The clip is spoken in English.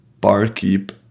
Barkeep